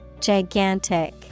Gigantic